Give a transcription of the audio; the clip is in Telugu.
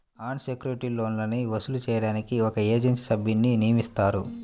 అన్ సెక్యుర్డ్ లోన్లని వసూలు చేయడానికి ఒక ఏజెన్సీ సభ్యున్ని నియమిస్తారు